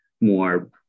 more